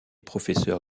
professeur